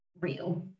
real